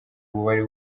wari